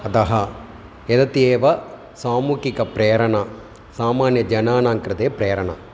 अतः एतदेव सामूहिकप्रेरणा सामान्यजनानां कृते प्रेरणा